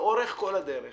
לאורך כל הדרך